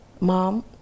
mom